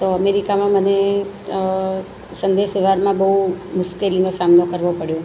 તો અમેરિકામાં મને સંદેશા વ્યવહારમાં બહુ મુશ્કેલીનો સામનો કરવો પડ્યો